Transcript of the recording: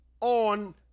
on